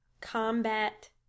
combat